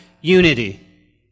unity